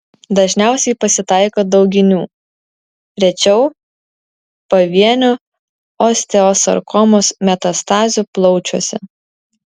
dažniausiai pasitaiko dauginių rečiau pavienių osteosarkomos metastazių plaučiuose